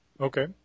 Okay